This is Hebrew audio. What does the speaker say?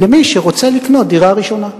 למי שרוצה לקנות דירה ראשונה.